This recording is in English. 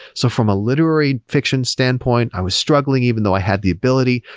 so from a literary fiction standpoint, i was struggling even though i had the ability.